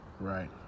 right